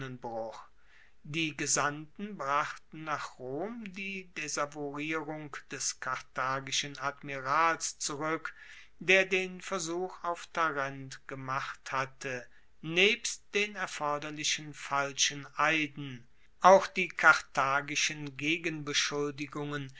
die gesandten brachten nach rom die desavouierung des karthagischen admirals zurueck der den versuch auf tarent gemacht hatte nebst den erforderlichen falschen eiden auch die karthagischen